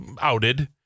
outed